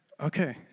Okay